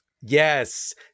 Yes